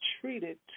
treated